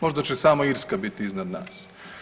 Možda će samo Irska biti iznad nas.